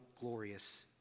glorious